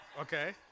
okay